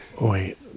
Wait